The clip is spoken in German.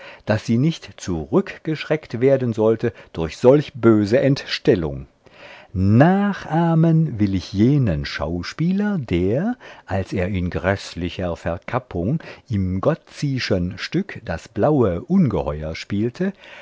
daß sie nicht zurückgeschreckt werden sollte durch solch böse entstellung nachahmen will ich jenen schauspieler der als er in gräßlicher verkappung im gozzischen stück das blaue ungeheuer spielte